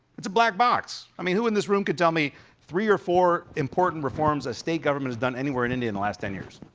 it's a black box. i mean, who in this room can tell me three or four important reforms a state government has done anywhere in india in the last ten years.